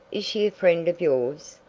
is she a friend of yours?